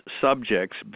subjects